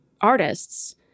artists